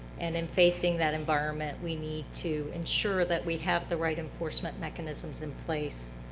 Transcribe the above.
and in facing that environment, we need to ensure that we have the right enforcement mechanisms in place,